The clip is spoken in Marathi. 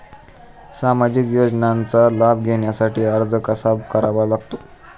सामाजिक योजनांचा लाभ घेण्यासाठी अर्ज कसा करावा लागतो?